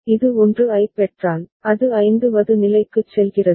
இது 1 ஐப் பெற்றால் அது 5 வது நிலைக்குச் செல்கிறது